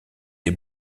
des